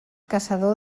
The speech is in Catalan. caçador